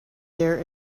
there